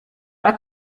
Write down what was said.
that